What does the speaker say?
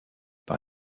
par